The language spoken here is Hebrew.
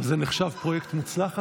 אבל זה נחשב פרויקט מוצלח,